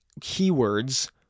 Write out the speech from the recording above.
keywords